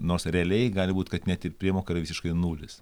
nors realiai gali būt kad net ir priemoka yra visiškai nulis